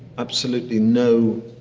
absolutely no.